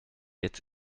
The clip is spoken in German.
jetzt